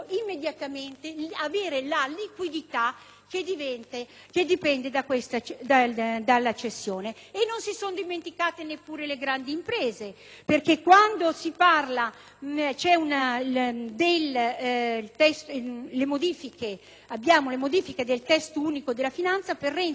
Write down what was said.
che deriva dalla cessione. Non sono state dimenticate neppure le grandi imprese, perché si parla delle modifiche al testo unico della finanza per rendere applicabili le regole relative alla difesa